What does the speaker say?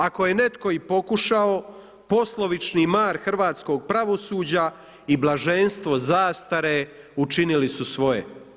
Ako je netko i pokušao, poslovični mar hrvatskog pravosuđa i blaženstvo zastare učinili su svoje.